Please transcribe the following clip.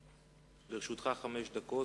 לרשותך חמש דקות.